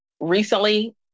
recently